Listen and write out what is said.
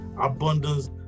abundance